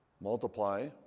multiply